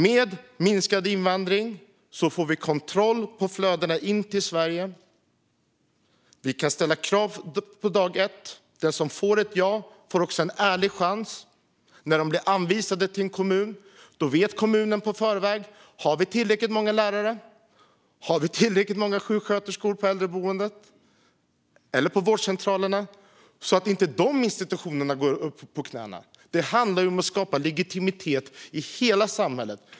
Med minskad invandring får vi kontroll på flödena in till Sverige. Vi kan ställa krav från dag ett. Den som får ett ja får också en ärlig chans. När personer blir anvisade till en kommun vet kommunen i förväg om man har tillräckligt många lärare och tillräckligt många sjuksköterskor på äldreboenden och vårdcentraler, så att inte de institutionerna går på knäna. Det handlar om att skapa legitimitet i hela samhället.